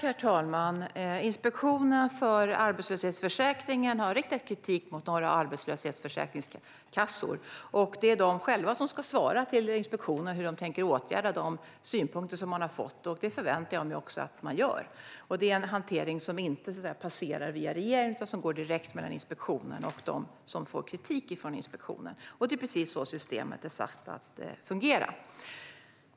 Herr talman! Inspektionen för arbetslöshetsförsäkringen har riktat kritik mot några arbetslöshetsförsäkringskassor. Det är kassorna själva som ska svara till inspektionen hur de tänker åtgärda de synpunkter som de har fått, och det förväntar jag mig också att de gör. Detta är en hantering som inte passerar via regeringen utan som går direkt mellan inspektionen och dem som får kritik från inspektionen. Det är precis så systemet är satt att fungera.